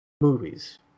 movies